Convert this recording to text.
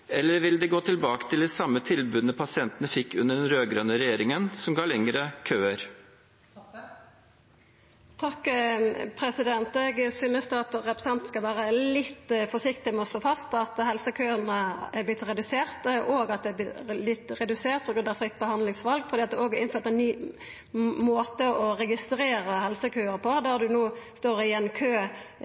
eller vil de gå tilbake til de samme tilbudene pasientene fikk under den rød-grønne regjeringen, som ga lengre køer? Eg synest representanten skal vera litt forsiktig med å slå fast at helsekøane er vortne reduserte, og at dei er vortne reduserte på grunn av fritt behandlingsval, for det er òg innført ein ny måte å registrera helsekøar på, der ein no står i ein kø